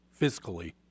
fiscally